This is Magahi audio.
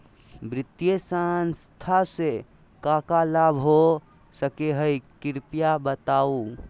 वित्तीय संस्था से का का लाभ हो सके हई कृपया बताहू?